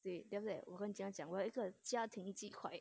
对 then after that 我这样讲我要一个家庭鸡块